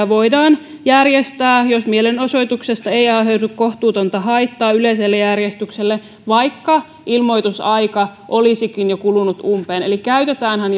voidaan järjestää jos mielenosoituksesta ei aiheudu kohtuutonta haittaa yleiselle järjestykselle vaikka ilmoitusaika olisikin jo kulunut umpeen eli käytetäänhän